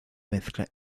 mezcla